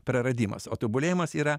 praradimas o tobulėjimas yra